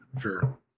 Sure